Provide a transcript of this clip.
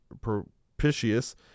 propitious